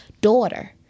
daughter